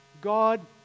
God